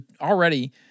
already